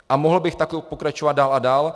A mohl bych takto pokračovat dál a dál.